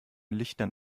lichtern